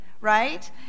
right